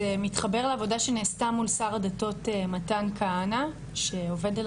זה מתחבר לעבודה שנעשתה מול שר הדתות מתן כהנא שעובד על